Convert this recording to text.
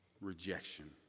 rejection